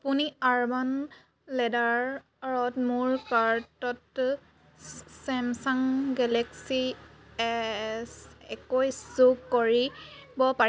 আপুনি আৰ্বান লেডাৰত মোৰ কাৰ্টত ছেমছাং গেলেক্সী এছ একৈশ যোগ কৰিব পৰিব